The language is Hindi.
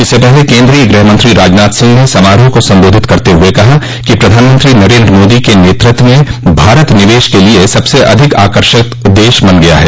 इससे पहले केन्द्रोय गृहमंत्री राजनाथ सिंह ने समारोह को सम्बोधित करते हुए कहा कि प्रधानमंत्री नरेन्द्र मोदी के नेतृत्व में भारत निवेश के लिए सबसे अधिक आकर्षक देश बन गया ह